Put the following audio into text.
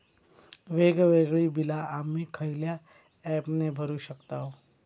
वेगवेगळी बिला आम्ही खयल्या ऍपने भरू शकताव?